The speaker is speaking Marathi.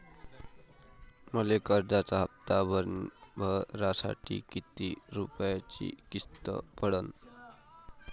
मले कर्जाचा हप्ता भरासाठी किती रूपयाची किस्त पडन?